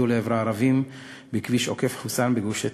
לעברה ערבים בכביש עוקף-חוסאן בגוש-עציון,